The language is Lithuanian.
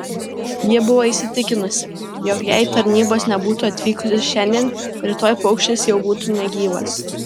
ji buvo įsitikinusi jog jei tarnybos nebūtų atvykusios šiandien rytoj paukštis jau būtų negyvas